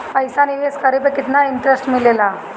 पईसा निवेश करे पर केतना इंटरेस्ट मिलेला?